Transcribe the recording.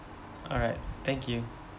alright thank you